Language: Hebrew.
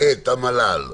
את המל"ל,